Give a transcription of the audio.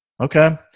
Okay